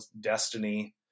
Destiny